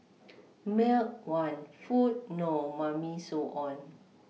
milk want food no Mummy so on